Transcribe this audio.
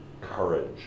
courage